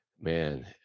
Man